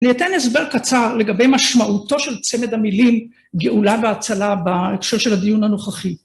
ניתן הסבר קצר לגבי משמעותו של צמד המילים גאולה והצלה בהקשר של הדיון הנוכחי.